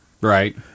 right